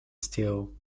steel